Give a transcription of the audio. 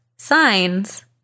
signs